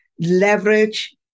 leverage